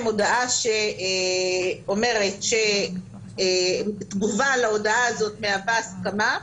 הודעה שאומרת שתגובה להודעה הזאת מהווה הסכמה,